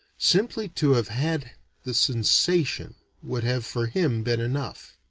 simply to have had the sensation would have for him been enough.